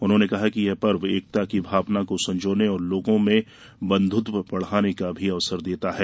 उन्होंने कहा कि यह पर्व एकता की भावना को संजोने और लोगों में बंधत्व बढ़ाने का भी अवसर देता है